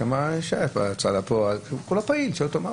לא פעילה.